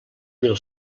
mil